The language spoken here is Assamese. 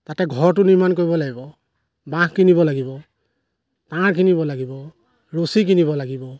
তাতে ঘৰটো নিৰ্মাণ কৰিব লাগিব বাঁহ কিনিব লাগিব তাঁৰ কিনিব লাগিব ৰছী কিনিব লাগিব